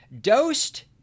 dosed